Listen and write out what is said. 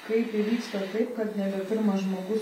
kaip įvyksta taip kad nebe pirmas žmogus